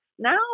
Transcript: Now